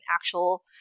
actual